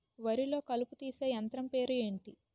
వరి లొ కలుపు తీసే యంత్రం పేరు ఎంటి?